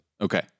Okay